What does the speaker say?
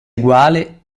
eguale